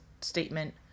statement